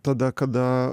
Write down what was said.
tada kada